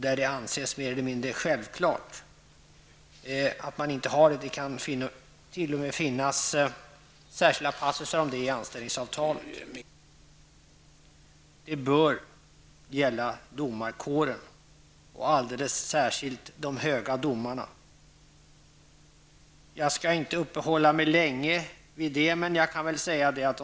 Det anses mer eller mindre självklart att det skall vara så. Det kan t.o.m. finnas särskilda passusar om detta i anställningsavtalet. Detta bör gälla domarkåren, och alldeles särskilt höga domare. Jag skall inte uppehålla mig särskilt länge vid detta, utan jag nöjer mig med att säga följande.